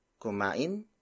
Kumain